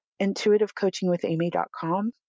intuitivecoachingwithamy.com